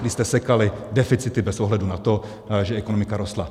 Vy jste sekali deficity bez ohledu na to, že ekonomika rostla!